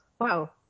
Wow